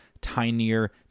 tinier